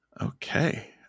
Okay